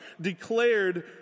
declared